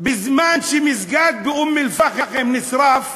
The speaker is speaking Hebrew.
בזמן שמסגד באום-אלפחם נשרף,